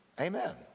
Amen